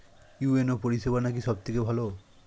UNO পরিসেবা নাকি সব থেকে ভালো?